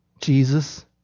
Jesus